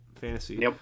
fantasy